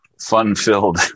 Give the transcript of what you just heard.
fun-filled